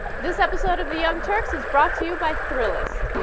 this episode of the and sex is brought to you by three list